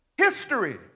history